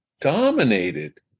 dominated